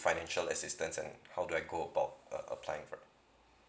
financial assistance how do I go about applying for it